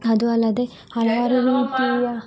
ಅದು ಅಲ್ಲದೆ ಹಲವಾರು ರೀತಿಯ